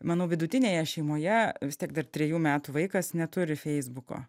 manau vidutinėje šeimoje vis tiek dar trejų metų vaikas neturi feisbuko